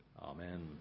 Amen